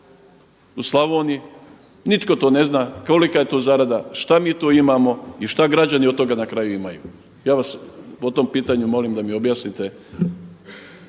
u Slavoniji. Nitko to ne zna kolika je to zarada, šta mi tu imamo i šta građani od toga na kraju imaju. Ja vas po tom pitanju molim da mi objasnite